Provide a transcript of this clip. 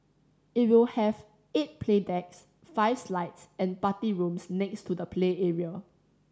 it will have eight play decks five slides and party rooms next to the play area